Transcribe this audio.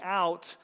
out